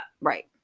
Right